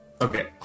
Okay